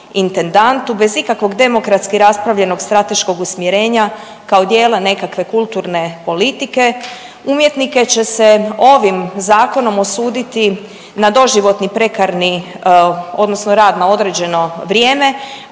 bez ikakvog demokratski raspravljenog strateškog usmjerenja, kao dijela nekakve kulturne politike. Umjetnike će se ovim zakonom osuditi na doživotni prekarni odnosno rad na određeno vrijeme,